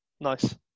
Nice